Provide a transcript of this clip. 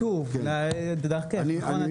עדכון כתוב דרכך, נכון?